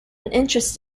interest